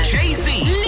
Jay-Z